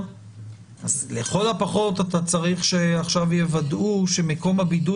לכל הפחות אתה צריך שעכשיו יוודאו שמקום הבידוד